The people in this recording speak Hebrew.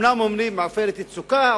אומנם אומרים "עופרת יצוקה".